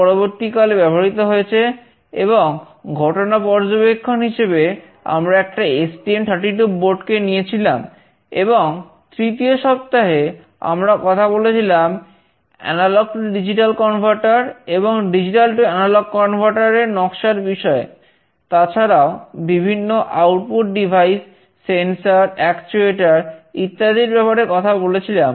প্রথম সপ্তাহে আমরা কথা বলেছিলাম এমবেডেড সিস্টেম ডিজাইনের ইত্যাদি ব্যাপারে কথা বলেছিলাম